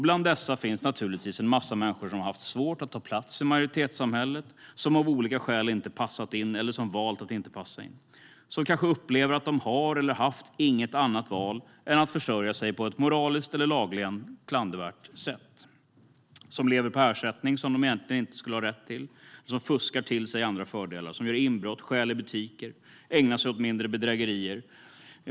Bland dem finns naturligtvis en massa människor som har haft svårt att ta plats i majoritetssamhället, som av olika skäl inte passat in eller som har valt att inte passa in. De kanske upplever att de inte har eller haft något annat val än att försörja sig på ett moraliskt eller lagligen klandervärt sätt, lever på ersättning som de egentligen inte skulle ha rätt till, fuskar till sig andra fördelar och gör inbrott, stjäl i butiker eller ägnar sig åt mindre bedrägerier.